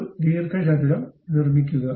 ഒരു ദീർഘചതുരം നിർമ്മിക്കുക